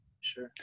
Sure